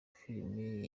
filime